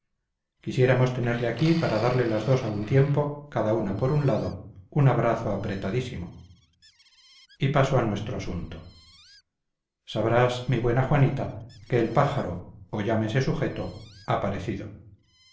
quisiéramos tenerle aquí para darle las dos a un tiempo cada una por su lado un abrazo apretadísimo y paso a nuestro asunto sabrás mi buena juanita que el pájaro o llámese sujeto ha parecido